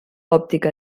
òptica